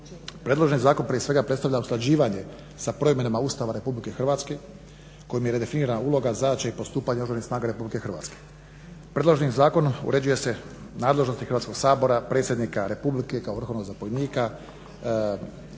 prije svega predstavlja usklađivanje sa promjenama Ustava Republike Hrvatske kojim je redefinirana uloga, zadaća i postupanje Oružanih snaga Republike Hrvatske. Predloženim zakonom uređuje se nadležnost Hrvatskog sabora, predsjednika Republike kao vrhovnog zapovjednika Oružanih